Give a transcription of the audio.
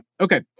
Okay